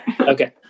Okay